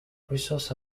resource